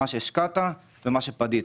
מה שהשקעת ומה שפדית.